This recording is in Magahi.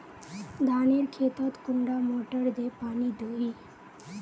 धानेर खेतोत कुंडा मोटर दे पानी दोही?